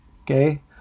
okay